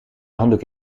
handdoek